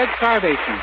starvation